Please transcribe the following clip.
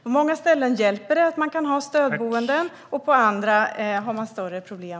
På många ställen hjälper det att man kan ha stödboende, och på andra har man större problem.